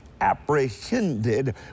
apprehended